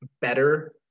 better